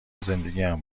زندگیم